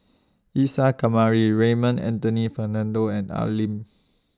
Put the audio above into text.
Isa Kamari Raymond Anthony Fernando and Al Lim